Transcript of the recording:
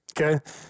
Okay